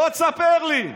בוא תספר לי.